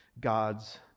God's